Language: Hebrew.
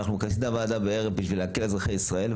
ואנחנו מכנסים פה את הוועדה הערב בשביל להקל על אזרחי ישראל.